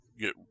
get